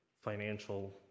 financial